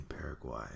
Paraguay